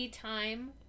time